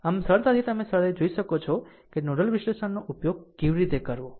આમ સરળતાથી તમે સરળતાથી શોધી શકો છો કે નોડલ વિશ્લેષણનો ઉપયોગ કેવી રીતે કરવો